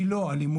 היא לא אלימות,